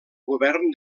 govern